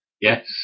Yes